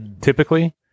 typically